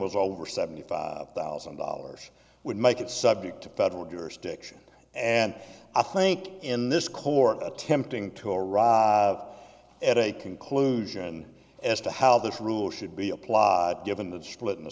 was over seventy five thousand dollars would make it subject to federal jurisdiction and i think in this court attempting to arrive at a conclusion as to how this rule should be applied given the split in